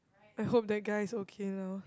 I hope that guy is okay though